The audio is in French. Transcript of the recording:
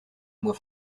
moi